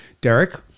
Derek